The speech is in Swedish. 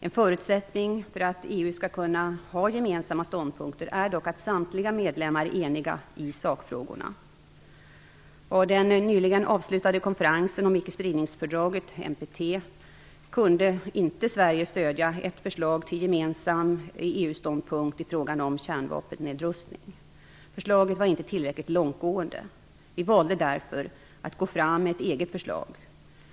En förutsättning för att EU skall kunna ha gemensamma ståndpunkter är dock att samtliga medlemmar är eniga i sakfrågorna. Vid den nyligen avslutade konferensen om icke-spridningsfördraget, NPT, kunde inte Sverige stödja ett förslag till gemensam EU-ståndpunkt i frågan om kärnvapennedrustning. Förslaget var inte tillräckligt långtgående. Vi valde därför att gå fram med ett eget förslag.